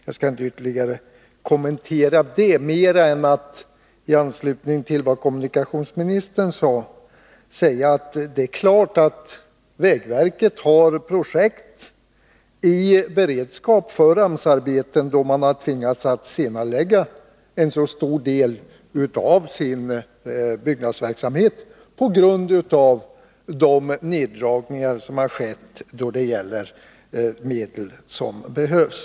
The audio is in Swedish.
Jag skall inte ytterligare kommentera det mer än att i anslutning till kommunikationsministerns inlägg säga att det är klart att vägverket har projekt i beredskap för AMS-arbeten, då man har tvingats senarelägga en så stor del av sin byggnadsverksamhet på grund av de neddragningar som har skett när det gäller medel som behövs.